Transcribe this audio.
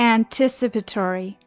Anticipatory